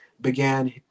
began